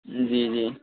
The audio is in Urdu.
جی جی